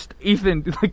Ethan